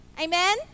Amen